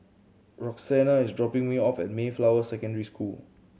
Roxanna is dropping me off at Mayflower Secondary School